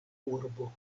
urbo